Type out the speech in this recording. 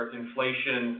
inflation